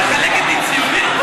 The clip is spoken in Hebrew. את מחלקת לי ציונים?